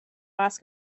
ask